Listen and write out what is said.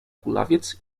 kulawiec